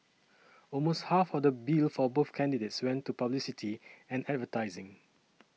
almost half of the bill for both candidates went to publicity and advertising